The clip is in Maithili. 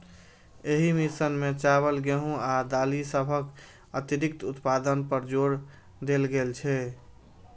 एहि मिशन मे चावल, गेहूं आ दालि सभक अतिरिक्त उत्पादन पर जोर देल गेल रहै